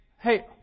Hey